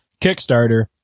Kickstarter